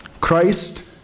Christ